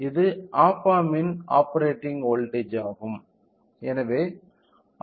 இது ஆப் ஆம்பின் operating voltage ஆகும்